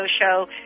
show